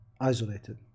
isolated